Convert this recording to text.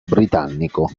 britannico